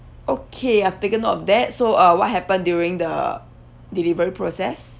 okay I've taken note of that so uh what happened during the delivery process